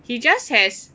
he just has